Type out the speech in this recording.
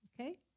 Okay